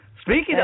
Speaking